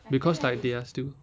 because like they are still